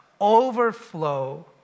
overflow